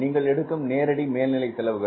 நீங்கள் எடுக்கும் நேரடி மேல்நிலை செலவுகள்